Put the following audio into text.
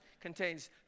contains